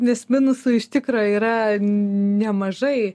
nes minusų iš tikro yra nemažai